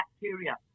bacteria